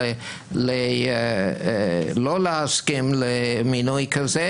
לא להסכים למינוי כזה.